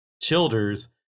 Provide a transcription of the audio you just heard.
Childers